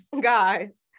guys